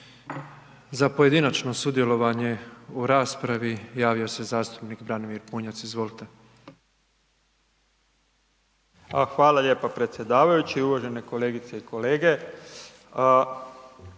Za pojedinačno sudjelovanje u raspravi javio se zastupnik Branimir Bunjac, izvolite. **Bunjac, Branimir (Živi zid)** Hvala lijepa predsjedavajući, uvažene kolegice i kolege,